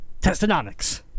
Testonomics